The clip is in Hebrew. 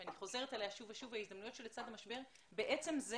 שאני חוזרת עליה שוב ושוב - ההזדמנויות שלצד המשבר בעצם זה